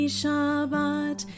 Shabbat